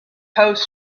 post